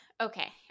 Okay